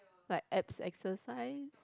like abs exercise